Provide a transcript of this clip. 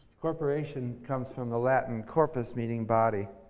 corporation comes from the latin corpus, meaning body.